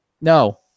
No